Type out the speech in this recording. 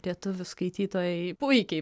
lietuvių skaitytojai puikiai